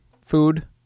food